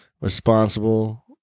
responsible